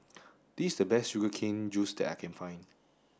this the best sugar cane juice that I can find